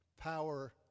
power